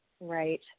Right